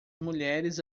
mulheres